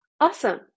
Awesome